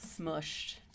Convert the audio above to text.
smushed